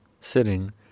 sitting